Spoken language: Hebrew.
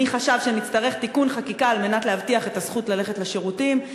מי חשב שנצטרך תיקון חקיקה על מנת להבטיח את הזכות ללכת לשירותים?